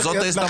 זאת ההזדמנות.